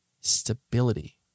stability